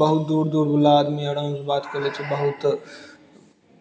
बहुत दूर दूरवला आदमी आरामसँ बात करै छै बहुत